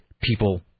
people